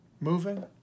moving